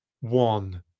One